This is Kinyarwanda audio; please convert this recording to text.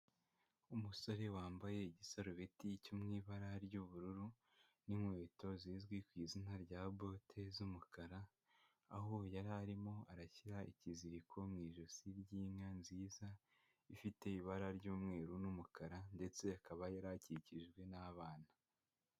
Umusore wambaye igisarubeti cyo mu ibara ry'ubururu, n'inkweto zizwi ku izina rya bote z'umukara, aho yari arimo arashyira ikiziriko mu ijosi ry'inka nziza, ifite ibara ry'umweru n'umukara, ndetse akaba yari akikijwe n'abana.